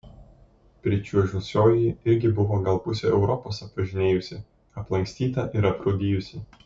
pričiuožusioji irgi buvo gal pusę europos apvažinėjusi aplankstyta ir aprūdijusi